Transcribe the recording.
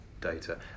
data